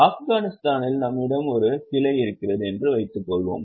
ஆப்கானிஸ்தானில் நம்மிடம் ஒரு கிளை இருக்கிறது என்று வைத்துக்கொள்வோம்